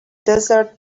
desert